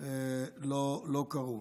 לא קרו.